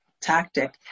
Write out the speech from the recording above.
tactic